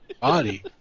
body